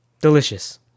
delicious